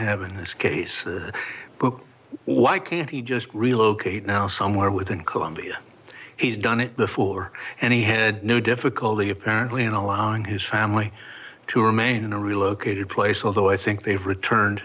nice case book why can't he just relocate now somewhere within colombia he's done it before and he had no difficulty apparently in allowing his family to remain in a relocated place although i think they've return